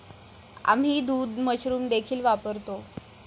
आम्ही दूध मशरूम देखील वापरतो